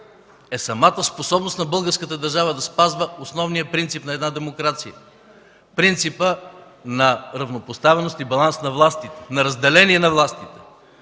е самата способност на българската държава да спазва основния принцип на една демокрация – принципът на равнопоставеност и баланс на властите, на разделение на властите.